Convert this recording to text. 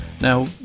Now